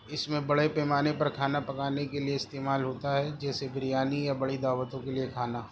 اس میں بڑے پیمانے پر کھانا پکانے کے لیے استعمال ہوتا ہے جیسے بریانی یا بڑی دعوتوں کے لیے کھانا